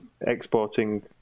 exporting